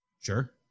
Sure